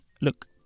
look